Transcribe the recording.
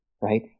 right